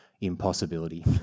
impossibility